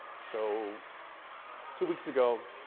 so two weeks ago,